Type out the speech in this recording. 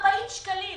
40 שקלים.